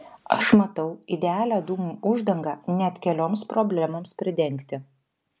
aš matau idealią dūmų uždangą net kelioms problemoms pridengti